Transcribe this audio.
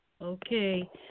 Okay